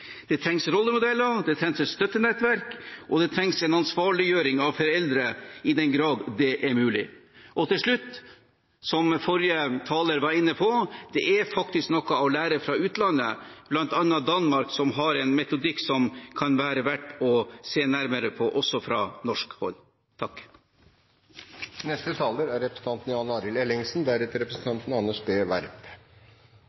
Det trengs rollemodeller, det trengs et støttenettverk, og det trengs en ansvarliggjøring av foreldre i den grad det er mulig. Til slutt: Som forrige taler var inne på, det er faktisk noe å lære fra utlandet, bl.a. fra Danmark, som har en metodikk som kan være verdt å se nærmere på, også fra norsk hold.